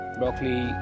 broccoli